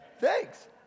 Thanks